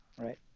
right